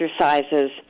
exercises